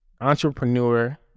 entrepreneur